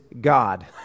God